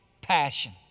passion